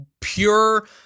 pure